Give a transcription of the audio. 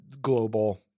global